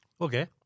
Okay